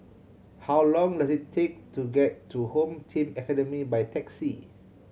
how long does it take to get to Home Team Academy by taxi